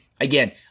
again